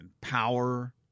power